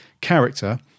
character